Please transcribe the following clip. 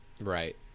Right